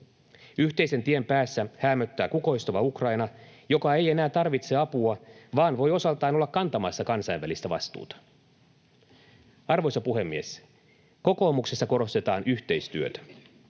Yhteisen tien päässä häämöttää kukoistava Ukraina, joka ei enää tarvitse apua, vaan voi osaltaan olla kantamassa kansainvälistä vastuuta. Arvoisa puhemies! Kokoomuksessa korostetaan yhteistyötä.